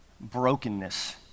brokenness